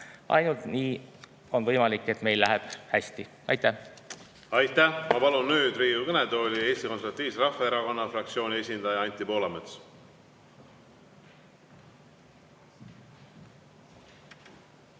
Ainult nii on võimalik, et meil läheb hästi. Aitäh! Aitäh! Ma palun nüüd Riigikogu kõnetooli Eesti Konservatiivse Rahvaerakonna fraktsiooni esindaja Anti Poolametsa.